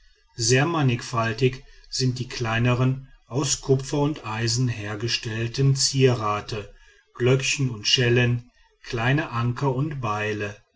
sehr mannigfaltig sind die kleinern aus kupfer und eisen hergestellten zieraten glöckchen und schellen kleine anker und beile